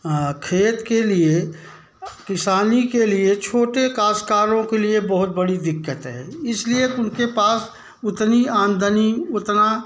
हाँ खेत के लिए किसानी के लिए छोटे काश्तकारों के लिए बहुत बड़ी दिक्कत है इसलिए उनके पास उतनी आमदनी उतना